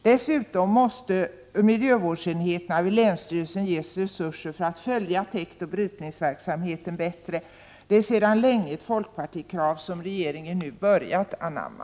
Dessutom måste miljövårdsenheterna vid länsstyrelsen ges resurser för att följa täkt och brytningsverksamheten bättre. Det är sedan länge ett folkpartikrav som regeringen nu börjar anamma.